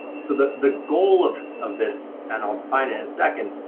so the the goal of of this, and i'll find it in a second,